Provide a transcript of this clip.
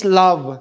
love